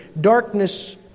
darkness